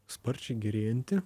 sparčiai gerėjanti